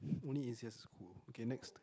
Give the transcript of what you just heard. only in secondary school okay next